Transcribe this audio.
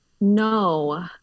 No